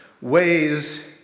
ways